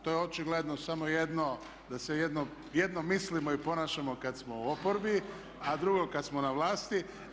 To je očigledno samo da jedno mislimo i ponašamo kad smo u oporbi, a drugo kad smo na vlasti.